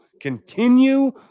Continue